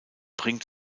bringt